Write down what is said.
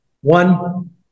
One